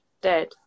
dead